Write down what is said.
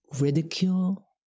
ridicule